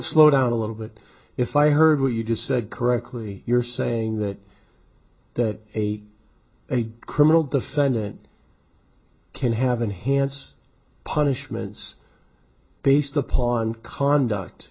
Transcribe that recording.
slow down a little bit if i heard what you just said correctly you're saying that that a criminal defendant can have enhanced punishments based upon conduct